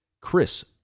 Chris